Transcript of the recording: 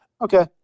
Okay